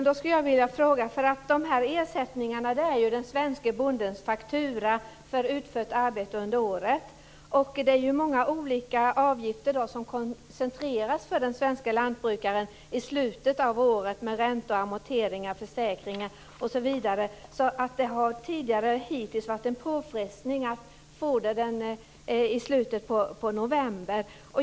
Herr talman! De här ersättningarna är ju den svenske bondens faktura för utfört arbete under året. Det är många olika avgifter som koncentreras för den svenska lantbrukaren i slutet av året. Det är räntor, amorteringar, försäkringar osv. Det har tidigare varit en påfrestning att få detta i slutet av november.